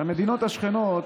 המדינות השכנות